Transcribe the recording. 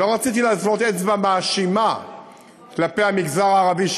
ולא רציתי להפנות אצבע מאשימה כלפי המגזר הערבי,